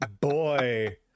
Boy